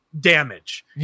damage